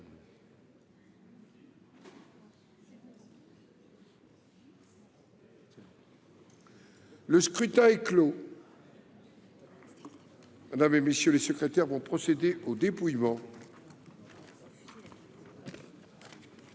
Le scrutin est clos. Mme et M. les secrétaires vont procéder au dépouillement